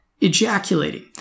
ejaculating